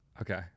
Okay